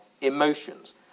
emotions